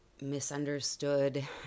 misunderstood